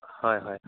হয় হয়